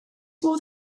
modd